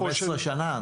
15 שנה,